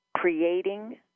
creating